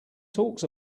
talks